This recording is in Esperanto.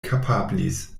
kapablis